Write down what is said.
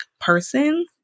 person